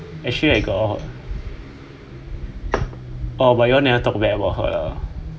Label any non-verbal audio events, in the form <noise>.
actually I got oh but you all never talk bad about her lah <laughs>